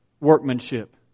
workmanship